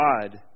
God